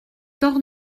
torts